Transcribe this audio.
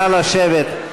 נא לשבת.